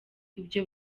ibyo